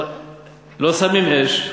לא שמים אש.